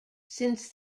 since